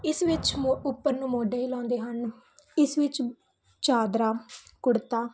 ਇਸ ਵਿੱਚ ਮੋ ਉੱਪਰ ਨੂੰ ਮੋਢੇ ਹਿਲਾਉਂਦੇ ਹਨ ਇਸ ਵਿੱਚ ਚਾਦਰਾ ਕੁੜਤਾ